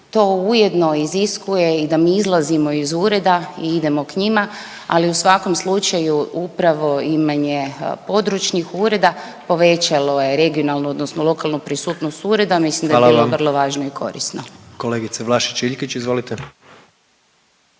To ujedno iziskuje i da mi izlazimo iz ureda i idemo k njima, ali u svakom slučaju upravo imanje područnih ureda povećalo je regionalnu odnosno lokalnu prisutnost ureda, mislim da bi bilo vrlo važno i korisno. **Jandroković, Gordan